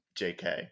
JK